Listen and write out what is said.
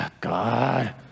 God